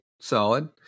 Solid